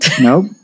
Nope